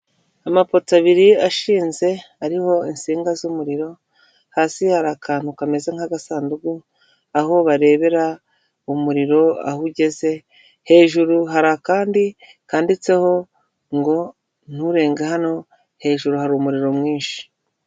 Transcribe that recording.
Amapoto abiri ashinze, ariho insinga z'umuriro, hasi hari akantu kameze nk'agasandugu, aho barebera umuriro aho ugeze, hejuru hari akandi kanditseho ngo nturenge hano, hejuru hari umuriro mwinshi.